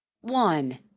one